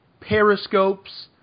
periscopes